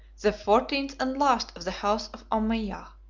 the fourteenth and last of the house of ommiyah.